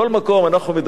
מכל מקום,